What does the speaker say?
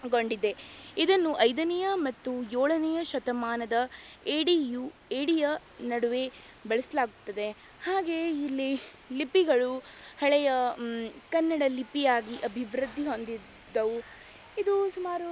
ಗೊಂಡಿದೆ ಇದನ್ನು ಐದನೇ ಮತ್ತು ಏಳನೇ ಶತಮಾನದ ಏಡಿಯು ಏಡಿಯ ನಡುವೆ ಬಳಸಲಾಗ್ತದೆ ಹಾಗೆ ಇಲ್ಲಿ ಲಿಪಿಗಳು ಹಳೆಯ ಕನ್ನಡ ಲಿಪಿ ಆಗಿ ಅಭಿವೃದ್ಧಿ ಹೊಂದಿದ್ದವು ಇದು ಸುಮಾರು